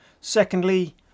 Secondly